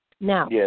Now